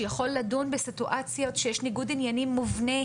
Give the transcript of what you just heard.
שיכול לדון בסיטואציות שיש ניגוד עניינים מובנה,